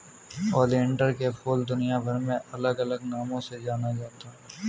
oleander के फूल दुनियाभर में अलग अलग नामों से जाना जाता है